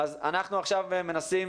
אז אנחנו עכשיו מנסים